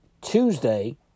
Tuesday